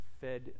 fed